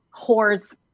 whores